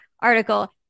article